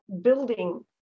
building